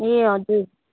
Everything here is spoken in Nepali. ए हजुर